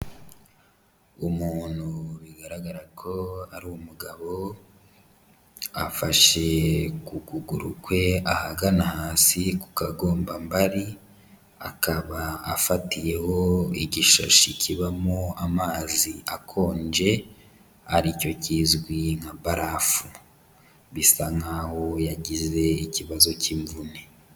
Umuntu bigaragara ko ari umugabo, afashe ku kuguru kwe ahagana hasi ku kagombambari, akaba afatiyeho igishashi kibamo amazi akonje, aricyo kizwi nka barafu bisa nkaho yagize ikibazo cy'imvune.